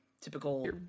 typical